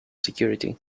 security